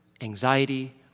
anxiety